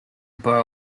boer